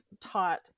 taught